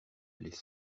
les